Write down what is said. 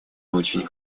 очень